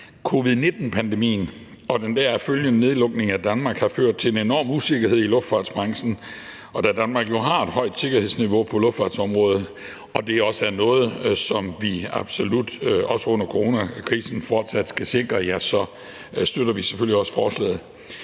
Covid-19 pandemien og den deraf følgende nedlukning af Danmark har ført til en enorm usikkerhed i luftfartsbranchen, og da Danmark jo har et højt sikkerhedsniveau på luftfartsområdet og det også er noget, som vi under coronakrisen absolut fortsat skal sikre, støtter vi selvfølgelig også forslaget.